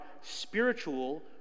spiritual